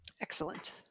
Excellent